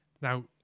Now